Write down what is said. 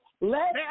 Let